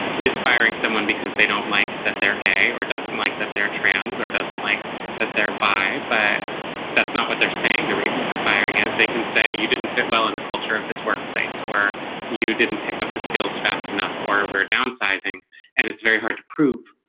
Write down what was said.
is firing someone because they don't like that. they're gay or doesn't like that they're trans or doesn't like that they're by but that's not what they're saying the reason for firing is they can say you didn't fit well in the culture of this workplace or you didn't pick up the skills fast enough or we're downsizing and it's very hard to prove.